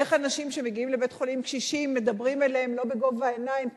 איך קשישים שמגיעים לבית-חולים מדברים אליהם לא בגובה העיניים,